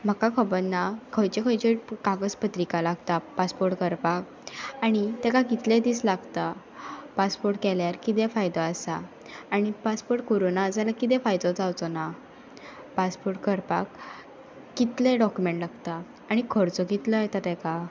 म्हाका खबर ना खंयचे खंयचे कागज पत्रिका लागता पासपोर्ट करपाक आनी तेका कितले दीस लागता पासपोर्ट केल्यार कितेें फायदो आसा आनी पासपोर्ट करू ना जाल्यार किदें फायदो जावचो ना पासपोर्ट करपाक कितलेय डॉक्युमेंट लागता आनी खर्चो कितलो येता तेका